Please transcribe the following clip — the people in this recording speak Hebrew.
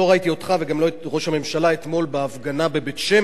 לא ראיתי אותך וגם לא את ראש הממשלה אתמול בהפגנה בבית-שמש,